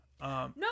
No